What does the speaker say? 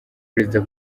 perezida